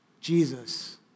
Jesus